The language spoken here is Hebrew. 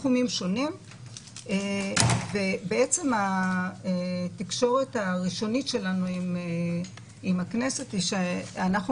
תחומים שונים - ובעצם התקשורת הראשונית שלנו עם הכנסת היא שאנחנו